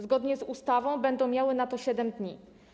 Zgodnie z ustawą będą miały na to 7 dni.